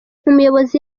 umuyobozi